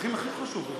האזרחים הכי חשובים.